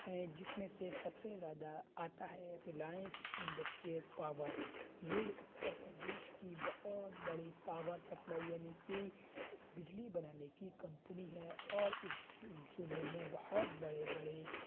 ہیں جس میں سب سے زیادہ آتا ہے ریلائنس انڈسٹریٹ پاور یہ اتر پردیش کی بہت بڑی پاور سپلائی یعنی کہ بجلی بنانے کی کمپنی ہے اور اس صوبے میں بہت بڑے بڑے